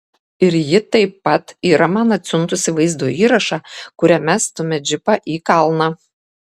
ir ji taip pat yra man atsiuntusi vaizdo įrašą kuriame stumia džipą į kalną